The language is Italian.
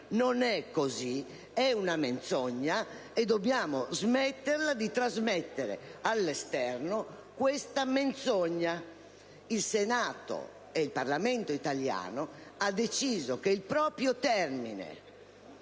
Non è così, è una menzogna, e dobbiamo smetterla di trasmettere all'esterno questa menzogna. Il Parlamento italiano ha deciso che il proprio termine